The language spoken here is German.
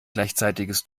gleichzeitiges